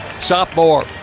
Sophomore